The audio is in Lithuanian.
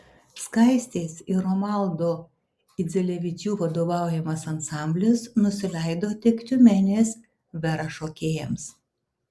skaistės ir romaldo idzelevičių vadovaujamas ansamblis nusileido tik tiumenės vera šokėjams